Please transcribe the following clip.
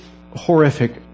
horrific